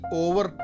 over